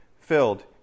filled